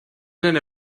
deine